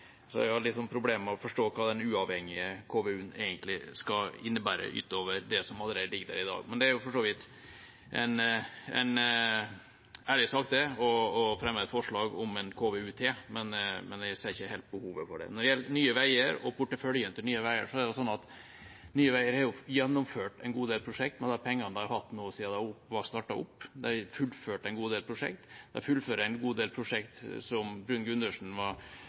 Jeg har litt problemer med å forstå hva den uavhengige KVU-en egentlig skal innebære utover det som allerede ligger der i dag. Det er for så vidt en ærlig sak å fremme et forslag om en KVU til, men jeg ser ikke helt behovet for det. Når det gjelder Nye Veier og porteføljen til Nye Veier, er det sånn at Nye Veier har gjennomført en god del prosjekt med de pengene de har hatt siden de ble startet opp. De har fullført en god del prosjekt, og som representanten Bruun-Gundersen var inne på, fullfører de en god del prosjekt til kanskje 19–20 pst. lavere kostnad enn det som var